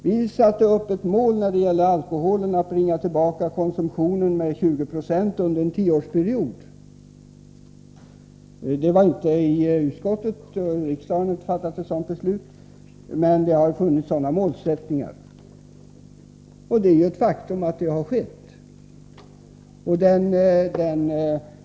Vi satte upp ett mål beträffande alkoholen om att nedbringa konsumtionen med 20 20 under en tioårsperiod — även om det inte var utskottet eller riksdagen som gjorde det — och det är ett faktum att utvecklingen har blivit sådan.